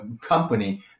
company